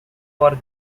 for